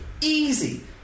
easy